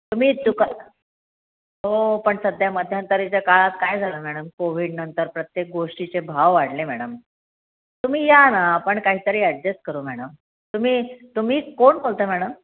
तुम्ही तुका हो पण सध्या मध्यंतरीच्या काळात काय झालं मॅडम कोविडनंतर प्रत्येक गोष्टीचे भाव वाढले मॅडम तुम्ही या ना आपण काहीतरी ॲडजेस करू मॅडम तुम्ही तुम्ही कोण बोलता मॅडम